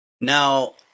Now